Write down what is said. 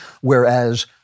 whereas